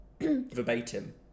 verbatim